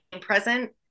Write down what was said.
present